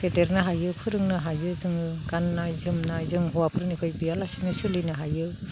फेदेरनो हायो फोरोंनो हायो जोङो गाननाय जोमनाय जों हौवाफोरनिफ्राय गैयालासेनो सोलिनो हायो